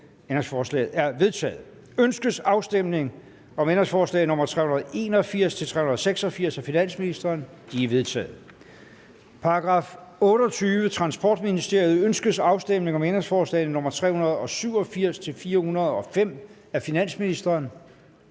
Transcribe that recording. Ønskes afstemning om ændringsforslag nr. 381-386 af finansministeren? De er vedtaget. Til § 28. Transportministeriet. Ønskes afstemning om ændringsforslag nr. 387-405 af finansministeren?